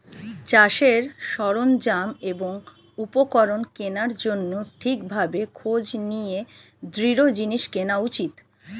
চাষের সরঞ্জাম এবং উপকরণ কেনার জন্যে ঠিক ভাবে খোঁজ নিয়ে দৃঢ় জিনিস কেনা উচিত